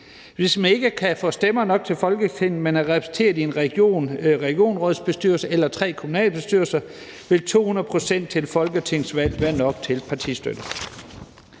Hvis man ikke kan få stemmer nok til Folketinget, men er repræsenteret i en regionsrådsbestyrelse eller tre kommunalbestyrelser, vil 200 pct. til et folketingsvalg være nok til partistøtte.